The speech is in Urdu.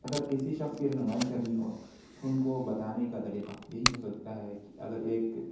اگر کسی شخص کی رہنمائی کرنی ہو تو ان کو بتانے کا طریقہ یہی ہو سکتا ہے کہ اگر ایک